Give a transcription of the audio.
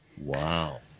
Wow